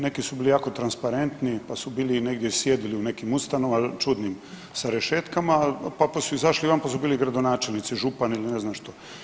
Neki su bili jako transparentni, pa su bili i negdje sjedili u nekim ustanovama čudnim sa rešetkama, pa su izašli van, pa su bili gradonačelnici, župani ili ne znam što.